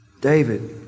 David